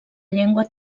llengua